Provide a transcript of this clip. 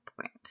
point